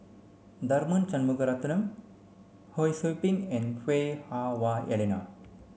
Tharman Shanmugaratnam Ho Sou Ping and Lui Hah Wah Elena